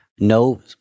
No